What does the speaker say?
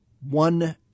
One